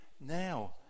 now